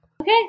okay